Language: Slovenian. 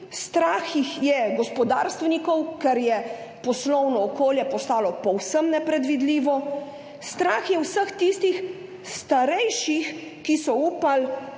Strah je gospodarstvenike, ker je poslovno okolje postalo povsem nepredvidljivo. Strah je vse tiste starejše, ki so upali,